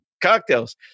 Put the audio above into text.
cocktails